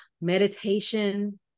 meditation